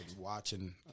watching